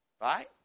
Right